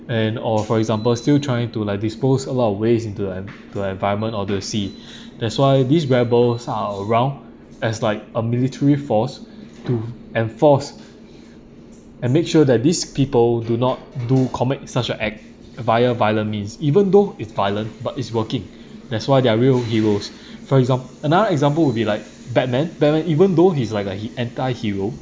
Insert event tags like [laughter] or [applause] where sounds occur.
and or for example still trying to like dispose a lot of waste into like to like environment all the sea [breath] that's why these rebels are around as like a military force [breath] to enforce and make sure that these people do not do commit such a act via violent means even though is violent but it's working [breath] that's why they're real heroes [breath] for examp~ another example will be like batman batman even though he's like a he~ anti-hero